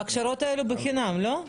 ההכשרות האלה בחינם, לא?